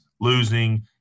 losing